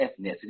ethnicity